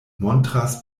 montras